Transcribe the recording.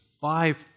Five